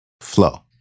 Flow